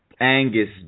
Angus